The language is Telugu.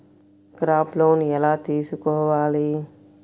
క్రాప్ లోన్ ఎలా తీసుకోవాలి?